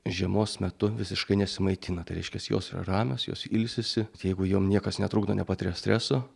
žiemos metu visiškai nesimaitina tai reikšias jos yra ramios jos ilsisi jeigu jom niekas netrukdo nepatiria streso